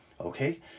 Okay